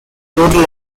total